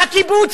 בקיבוץ,